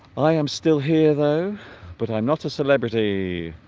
i am still here though but i'm not a celebrity